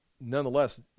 nonetheless